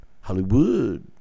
Hollywood